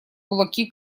кулаки